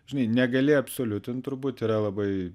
žinai negali absoliutint turbūt yra labai